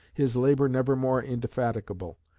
his labour never more indefatigable,